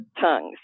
tongues